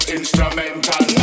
instrumental